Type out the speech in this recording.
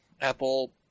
Apple